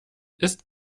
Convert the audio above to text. ist